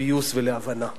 לפיוס ולהבנה.